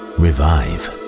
revive